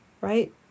Right